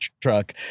truck